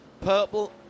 purple